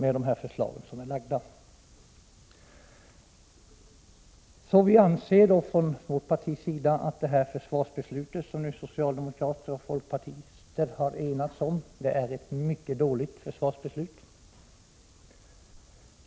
Inom mitt parti anser vi att det förslag till försvarsbeslut som folkpartister och socialdemokrater har enats om leder till ett mycket dåligt försvarsbeslut.